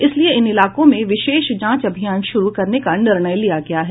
इसीलिए इन इलाकों में विशेष जांच अभियान शुरू करने का निर्णय लिया गया है